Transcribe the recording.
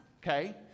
okay